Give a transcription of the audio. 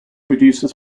reduces